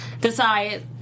decide